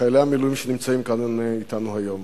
חיילי המילואים שנמצאים כאן אתנו היום,